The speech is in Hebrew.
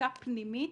בדיקה פנימית,